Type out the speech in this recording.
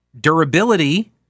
durability